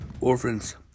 orphans